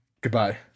Goodbye